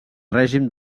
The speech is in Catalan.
règim